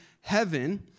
heaven